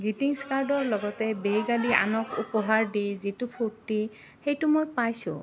greetings কাৰ্ডৰ লগতে bag আদি আনক উপহাৰ দি যিটো ফূৰ্তি সেইটো মই পাইছোঁ